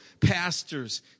pastors